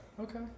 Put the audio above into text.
Okay